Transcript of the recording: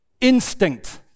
instinct